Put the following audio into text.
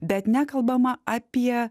bet nekalbama apie